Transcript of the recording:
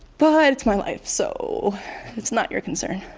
but it's my life so it's not your concern.